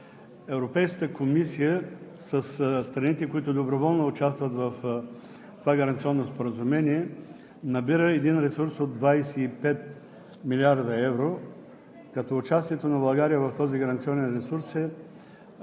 Европейската комисия със страните, които доброволно участват в това гаранционно споразумение, набира един ресурс от 25 млрд. евро, като участието на България в този гаранционен ресурс е